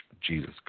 Jesus